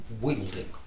wielding